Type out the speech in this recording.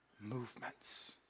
movements